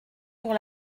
pour